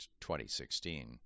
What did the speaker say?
2016